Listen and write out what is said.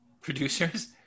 producers